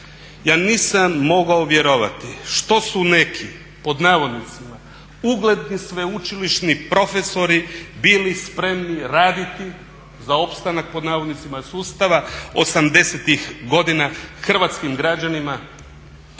Ja nisam mogao vjerovati što su neki pod navodnici ugledni sveučilišni profesori bili spremni raditi za opstanak pod navodnicima sustava '80.-ih godina hrvatskim građanima,